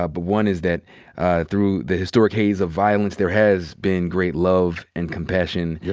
ah but one is that through the historic haze of violence there has been great love and compassion. yeah